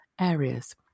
areas